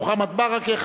מוחמד ברכה,